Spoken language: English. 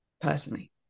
personally